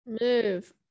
move